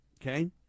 okay